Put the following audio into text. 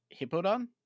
Hippodon